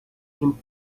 him